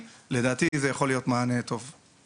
לדעתי זה יכול להיות מענה הרבה יותר טוב.